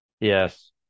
Yes